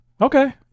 Okay